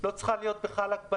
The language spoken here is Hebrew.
לא צריכה להיות הגבלה.